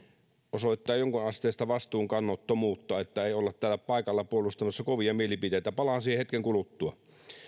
osoittaa jonkunasteista vastuunkannottomuutta että ei olla täällä paikalla puolustamassa kovia mielipiteitä palaan siihen hetken kuluttua